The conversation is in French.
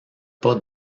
pas